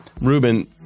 Ruben